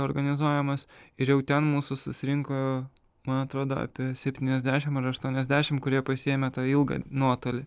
organizuojamas ir jau ten mūsų susirinko man atrodo apie septyniasdešim ar aštuoniasdešim kurie pasiėmę tą ilgą nuotolį